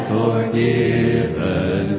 forgiven